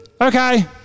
Okay